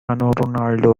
ronaldo